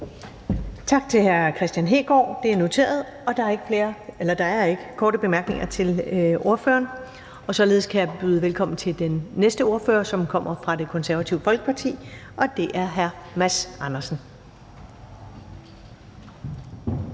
Tak til hr. Kristian Hegaard, det er noteret. Der er ikke korte bemærkninger til ordføreren. Og således kan jeg byde velkommen til den næste ordfører, som kommer fra Det Konservative Folkeparti, og det er hr. Mads Andersen.